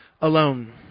alone